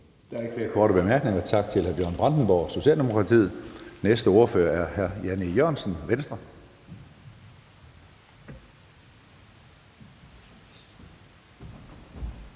Der er ikke flere korte bemærkninger. Tak til hr. Bjørn Brandenborg, Socialdemokratiet. Næste ordfører er hr. Jan E. Jørgensen, Venstre.